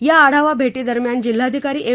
या आढावा भेटी दरम्यान जिल्हाधिकारी एम